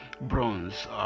bronze